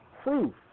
proof